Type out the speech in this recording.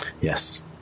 Yes